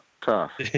tough